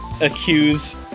accuse